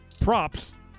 Props